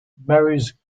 marries